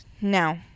now